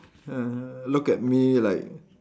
look at me like